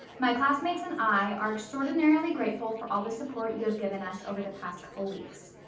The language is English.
my classmates and i are extraordinarily grateful for all the support you have given us over the past couple weeks.